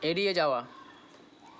এড়িয়ে যাওয়া